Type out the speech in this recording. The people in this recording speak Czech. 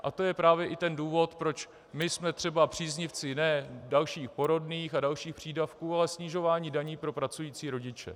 A to je právě i ten důvod, proč jsme třeba příznivci ne dalších porodných a dalších přídavků, ale snižování daní pro pracující rodiče.